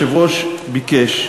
מעכשיו, מאחר שהיושב-ראש ביקש,